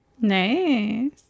Nice